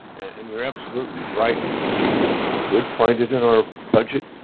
and you're absolutely right, we could find it in our budget.